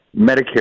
Medicare